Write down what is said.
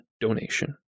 donation